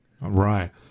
Right